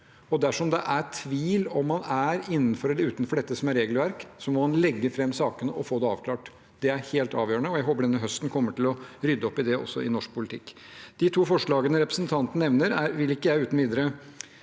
Dersom det er tvil om man er innenfor eller utenfor det som er regelverket, må man legge fram sakene og få det avklart. Det er helt avgjørende, og jeg håper denne høsten kommer til å rydde opp i det også i norsk politikk. De to forslagene representanten nevner, vil jeg ikke uten videre